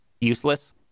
useless